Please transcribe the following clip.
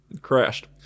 crashed